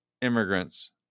immigrants